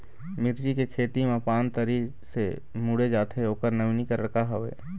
मिर्ची के खेती मा पान तरी से मुड़े जाथे ओकर नवीनीकरण का हवे?